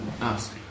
ask